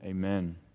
Amen